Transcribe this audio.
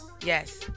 Yes